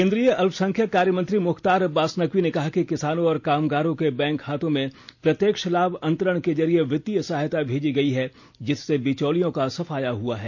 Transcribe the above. केंद्रीय अल्पसंख्यक कार्यमंत्री मुख्तार अब्बास नकवी ने कहा कि किसानों और कामगारों के बैंक खातों में प्रत्यक्ष लाभ अंतरण के जरिये वित्तीय सहायता भेजी गई है जिससे बिचौलियों का सफाया हुआ है